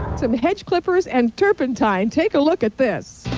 um hedge clippers and turpentine take a look at this.